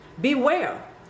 Beware